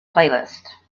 playlist